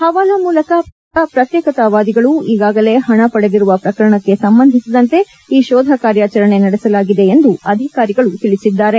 ಹವಾಲಾ ಮೂಲಕ ಪಾಕಿಸ್ತಾನದಿಂದ ಪ್ರತ್ನೇಕತಾವಾದಿಗಳು ಈಗಾಗಲೇ ಹಣ ಪಡೆದಿರುವ ಪ್ರಕರಣಕ್ಕೆ ಸಂಬಂಧಿಸಿದಂತೆ ಈ ಶೋಧ ಕಾರ್ಯಾಚರಣೆ ನಡೆಸಲಾಗಿದೆ ಎಂದು ಅಧಿಕಾರಿಗಳು ತಿಳಿಸಿದ್ದಾರೆ